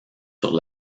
sur